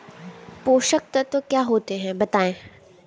पोषक तत्व क्या होते हैं बताएँ?